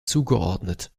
zugeordnet